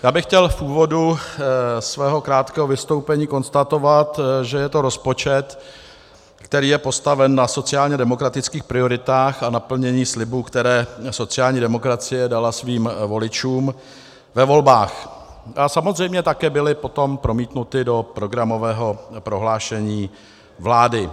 Já bych chtěl v úvodu svého krátkého vystoupení konstatovat, že je to rozpočet, který je postaven na sociálně demokratických prioritách a naplnění slibů, které sociální demokracie dala svým voličům ve volbách a které samozřejmě také byly potom promítnuty do programového prohlášení vlády.